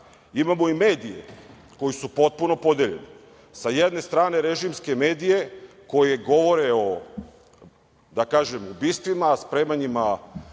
imamo i medije koji su potpuno podeljeni, sa jedne strane režimske medije koji govore, da kažem o ubistvima, spremanjima,